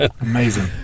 amazing